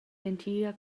l’entira